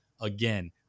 Again